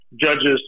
judges